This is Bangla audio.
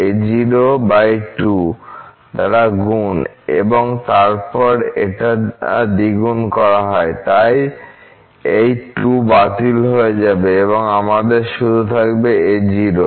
a0 2 দ্বারা গুন এবং তারপর এটা দ্বিগুণ করা হয় তাই এই 2 বাতিল হয়ে যাবে এবং আমাদের শুধু থাকবে a0 f